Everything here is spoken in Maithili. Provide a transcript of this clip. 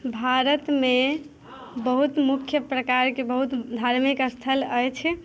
भारतमे बहुत मुख्य प्रकारके बहुत धार्मिक स्थल अछि